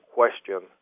question